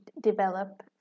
develop